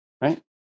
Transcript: Right